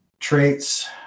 traits